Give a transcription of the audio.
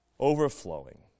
Overflowing